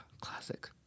Classic